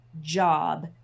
job